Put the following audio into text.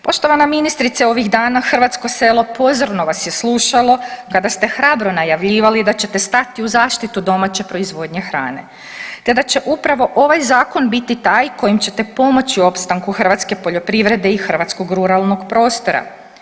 Poštovana ministrice ovih dana hrvatsko selo pozorno vas je slušalo kada ste hrabro najavljivali da ćete stati u zaštitu domaće proizvodnje hrane te da će upravo ovaj zakon biti taj kojim ćete pomoći opstanku hrvatske poljoprivrede i hrvatskog ruralnog prostora.